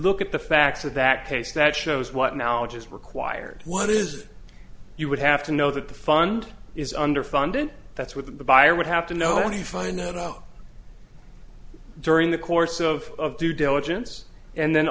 look at the facts of that case that shows what knowledge is required what is you would have to know that the fund is underfunded that's what the buyer would have to know do you find that out during the course of due diligence and then